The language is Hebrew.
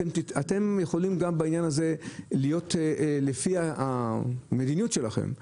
אתם יכולים גם בעניין הזה להיות לפי המדיניות שלכם.